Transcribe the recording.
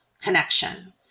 connection